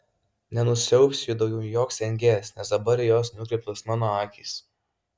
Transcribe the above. nenusiaubs jų daugiau joks engėjas nes dabar į juos nukreiptos mano akys